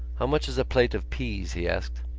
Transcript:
how much is a plate of peas? he asked.